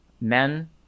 Men